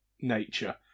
nature